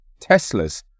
Teslas